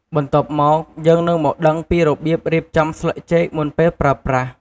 បន្ទាប់មក យើងនឹងមកដឹងពីរបៀបរៀបចំស្លឹកចេកមុនពេលប្រើប្រាស់។